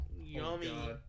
Yummy